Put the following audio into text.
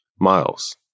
Miles